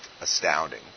astounding